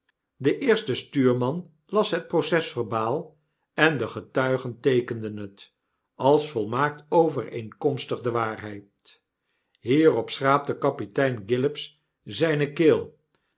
de eerste stuurman las het proces-verbaal en de getuigen teekenden het als volmaakt overeenkomstig de waarheid hierop schraapte kapitein gillops zyne keel